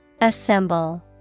Assemble